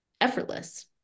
effortless